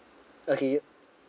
okay